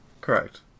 Correct